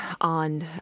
on